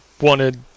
wanted